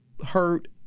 hurt